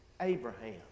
Abraham